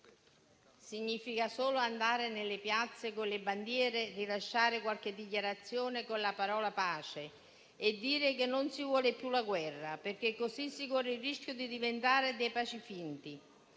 significa solo andare nelle piazze con le bandiere, rilasciare qualche dichiarazione con la parola "pace" e dire che non si vuole più la guerra; così si corre infatti il rischio di diventare dei "pacifinti"